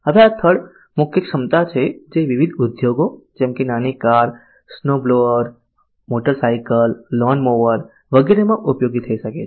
હવે આ થડ મુખ્ય ક્ષમતા છે જે વિવિધ ઉદ્યોગો જેમ કે નાની car snowblower motorcycle lawn mower વગેરેમાં ઉપયોગી થઈ શકે છે